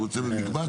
הוא רוצה מקבץ.